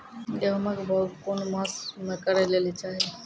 गेहूँमक बौग कून मांस मअ करै लेली चाही?